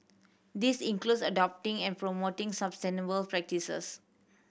this includes adopting and promoting sustainable practices